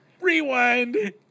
rewind